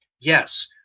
Yes